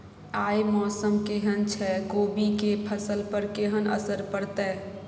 आय मौसम केहन छै कोबी के फसल पर केहन असर परतै?